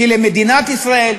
כי למדינת ישראל,